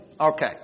Okay